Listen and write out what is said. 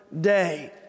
day